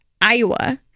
Iowa